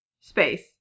space